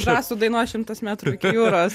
žasų dainoj šimtas metrų iki jūros